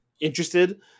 interested